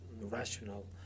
rational